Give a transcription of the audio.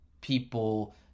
people